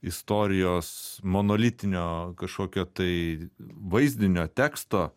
istorijos monolitinio kažkokio tai vaizdinio teksto